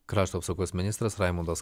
krašto apsaugos ministras raimundas